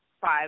five